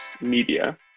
media